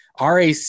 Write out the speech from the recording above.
RAC